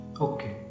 Okay